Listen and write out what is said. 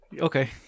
Okay